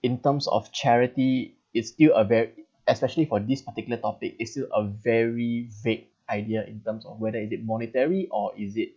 in terms of charity it's still a ve~ especially for this particular topic it's still a very vague idea in terms of whether is it monetary or is it